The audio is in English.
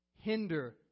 hinder